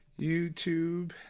YouTube